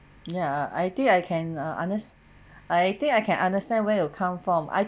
ya I think I can uh unders~ I think I can understand where you come from I